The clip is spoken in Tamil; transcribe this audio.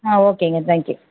ஆ ஓகேங்க தேங்க்யூ